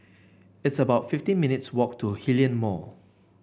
it's about fifteen minutes' walk to Hillion Mall